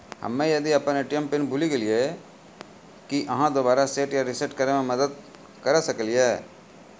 हम्मे यदि अपन ए.टी.एम पिन भूल गलियै, की आहाँ दोबारा सेट या रिसेट करैमे मदद करऽ सकलियै?